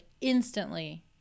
instantly